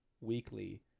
weekly